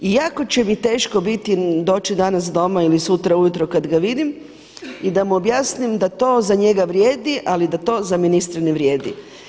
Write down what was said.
I jako će mi teško biti doći danas doma ili sutra ujutro kada ga vidim i da mu objasnim da to za njega vrijedi ali da to za ministre ne vrijedi.